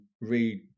read